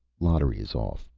lottery is off.